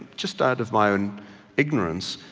just out of my own ignorance,